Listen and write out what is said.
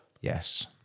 Yes